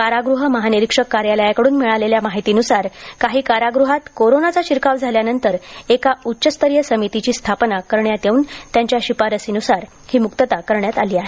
कारागृह महानिरीक्षक कार्यालयाकडून मिळालेल्या माहितीनुसार काही कारागृहात कोरोनाचा शिरकाव झाल्यानंतर एका उच्च स्तरीय समितीची स्थापना करण्यात येऊन त्यांच्या शिफारसीनुसार ही मुक्तता करण्यात आली आहे